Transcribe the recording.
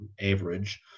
average